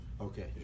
Okay